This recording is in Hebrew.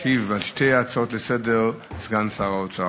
ישיב על שתי ההצעות לסדר-היום סגן שר האוצר,